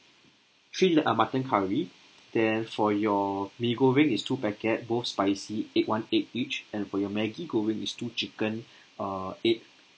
three uh mutton curry then for your mee goreng is two packet both spicy egg one egg each and for your Maggi goreng is two chicken uh eight